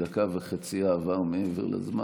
דקה וחצי מעבר לזמן,